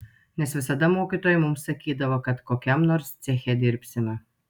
nes visada mokytojai mums sakydavo kad kokiam nors ceche dirbsime